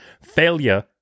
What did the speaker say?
Failure